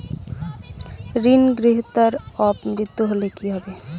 ঋণ গ্রহীতার অপ মৃত্যু হলে কি হবে?